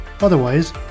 Otherwise